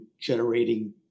generating